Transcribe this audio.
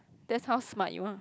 that's how smart you are